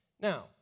Now